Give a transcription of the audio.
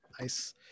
nice